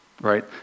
right